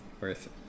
worth